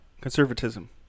conservatism